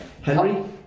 Henry